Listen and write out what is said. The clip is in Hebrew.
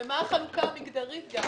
גם מה החלוקה המגדרית.